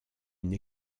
une